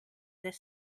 this